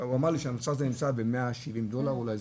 הוא אמר לי שהמוצר הזה נמצא ב-170 דולר אולי,